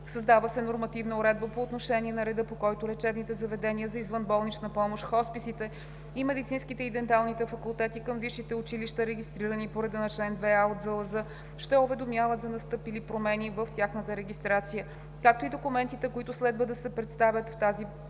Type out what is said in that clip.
Създава се нормативна уредба по отношение на реда, по който лечебните заведения за извънболнична помощ, хосписите и медицинските и денталните факултети към висшите училища, регистрирани по реда на чл. 2а от ЗЛЗ, ще уведомяват за настъпили промени в тяхната регистрация, както и документите, които следва да се представят в тази процедура.